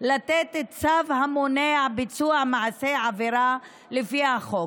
לתת צו המונע ביצוע מעשה עבירה לפי החוק.